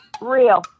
Real